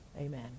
Amen